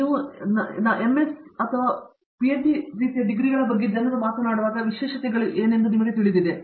ಆದ್ದರಿಂದ ನಾವು ಎಂಎಸ್ ಮತ್ತು ಪಿಎಚ್ಡಿ ರೀತಿಯ ಡಿಗ್ರಿಗಳ ಬಗ್ಗೆ ಜನರು ಮಾತನಾಡುವಾಗ ಈ ವಿಶೇಷತೆಗಳೆಂದು ನಿಮಗೆ ತಿಳಿದಿದೆ